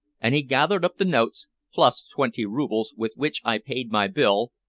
and he gathered up the notes plus twenty roubles with which i paid my bill,